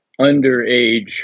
underage